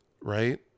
right